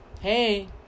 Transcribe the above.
Hey